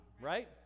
right